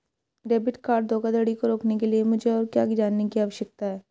Debit card धोखाधड़ी को रोकने के लिए मुझे और क्या जानने की आवश्यकता है?